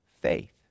faith